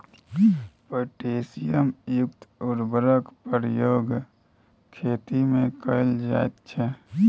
potassium युक्त उर्वरकक प्रयोग खेतीमे कैल जाइत छै